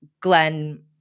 Glenn